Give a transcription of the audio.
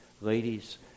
Ladies